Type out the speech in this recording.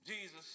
Jesus